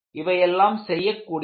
இவையெல்லாம் செய்யக்கூடியவை